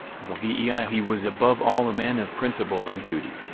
xlviii he was above all a man of principle and duty.